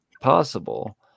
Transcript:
possible